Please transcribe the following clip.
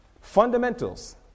Fundamentals